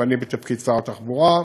ואני בתפקיד שר התחבורה.